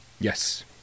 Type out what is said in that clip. Yes